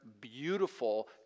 beautiful